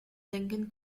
lincoln